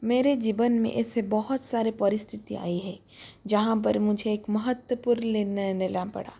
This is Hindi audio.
मेरे जीवन में ऐसे बहुत सारे परिस्थिति आई है जहाँ पर मुझे एक महत्वपूर्ण निर्णय लेना पड़ा